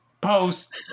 Post